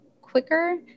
quicker